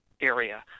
Area